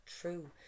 true